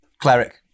Cleric